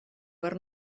per